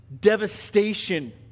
devastation